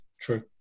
True